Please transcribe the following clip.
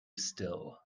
still